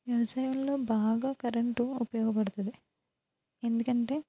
వ్యవసాయంలో బాగా కరెంటు ఉపయోగపడుతుంది ఎందుకంటే